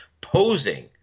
posing